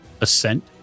ascent